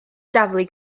daflu